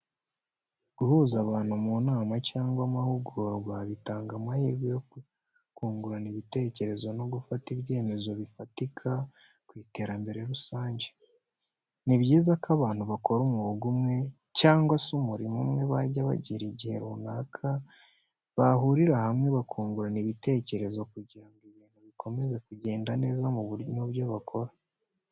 Guhuza abantu mu nama cyangwa amahugurwa bitanga amahirwe yo kungurana ibitekerezo no gufata ibyemezo bifatika ku iterambere rusange. Ni byiza ko abantu bakora umwuga umwe cyangwa se umurimo umwe bajya bagira igihe runaka bahurira hamwe bakungurana ibitekerezo kugira ngo ibintu bikomeze kugenda neza mu byo bakora.